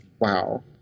wow